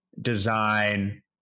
design